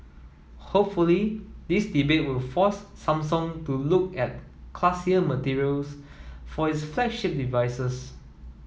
hopefully this debate will force Samsung to look at classier materials for its flagship devices